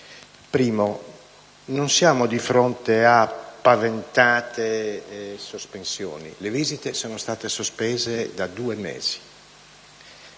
luogo, non siamo di fronte a paventate sospensioni: le visite sono state sospese da due mesi.